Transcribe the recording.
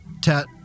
tat